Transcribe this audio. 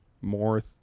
more